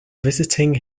visiting